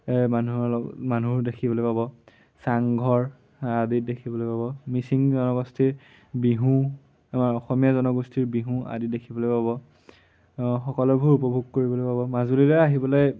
মানুহৰ লগত মানুহো দেখিবলৈ পাব চাংঘৰ আদি দেখিবলৈ পাব মিচিং জনগোষ্ঠীৰ বিহু আমাৰ অসমীয়া জনগোষ্ঠীৰ বিহু আদি দেখিবলৈ পাব সকলোবোৰ উপভোগ কৰিবলৈ পাব মাজুলীলৈ আহিবলে